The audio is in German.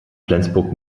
flensburg